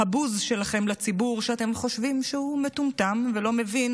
הבוז שלכם לציבור שאתם חושבים שהוא מטומטם ולא מבין